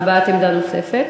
הבעת עמדה נוספת.